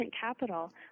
capital